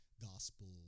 gospel